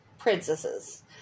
princesses